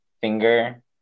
finger